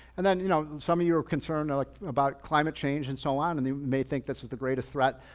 and then you know some of you are concerned like about climate change and so on, and you may think this is the greatest threat.